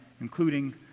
including